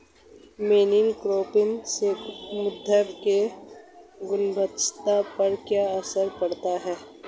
Monocropping से मृदा की गुणवत्ता पर क्या असर पड़ता है?